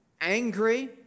angry